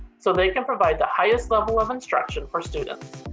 so they can provide the highest level of instruction for students.